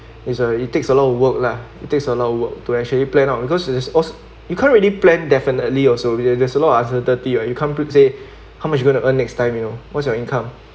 it's uh it takes a lot of work lah it takes a lot to work to actually plan out because it's oh you can't really plan definitely also when there's a lot of uncertainty you can't say how much you going to earn next time you know what's your income